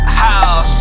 house